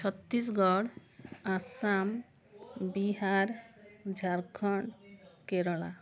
Chhattisgarh Assam Bihar Jharkhand Kerala